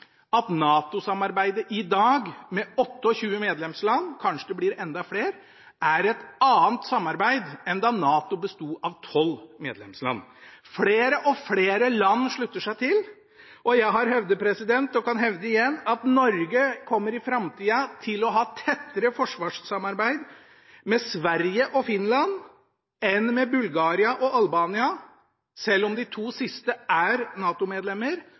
at NATO-samarbeidet i dag – 28 medlemsland, kanskje det blir enda flere – er et annet samarbeid enn da NATO besto av 12 medlemsland. Flere og flere land slutter seg til, og jeg har hevdet og kan hevde igjen at Norge kommer i framtida til å ha tettere forsvarssamarbeid med Sverige og Finland enn med Bulgaria og Albania, selv om de to siste er